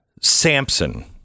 samson